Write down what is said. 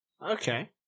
Okay